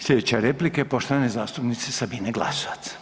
Slijedeća replika je poštovane zastupnice Sabine Glasovac.